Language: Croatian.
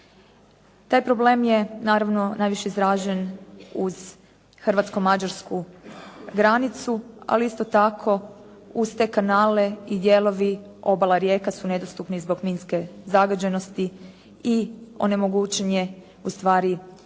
Taj problem je naravno najviše izražen uz hrvatsko-mađarsku granicu. Ali isto tako uz te kanale i dijelovi obala, rijeka su nedostupni zbog minske zagađenosti i onemogućen je u stvari program,